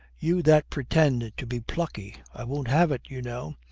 you that pretend to be plucky! i won't have it, you know.